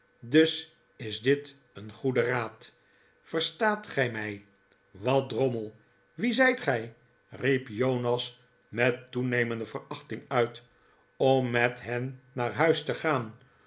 dus is dit een goede raad verstaat gij mij wat drommel wie zijt ge riep jonas met toenemende verachting uit om mfet hen naar huis te gaan